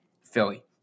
Philly